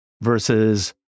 versus